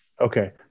Okay